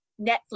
Netflix